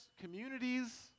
communities